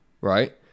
right